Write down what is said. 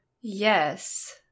Yes